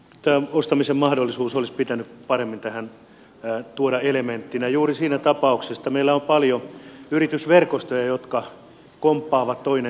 tämä ostamisen mahdollisuus olisi pitänyt paremmin tähän tuoda elementtinä juuri siitä syystä että meillä on paljon yritysverkostoja jotka komppaavat toinen toisiaan